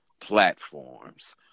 platforms